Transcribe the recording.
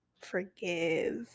Forgive